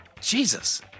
Jesus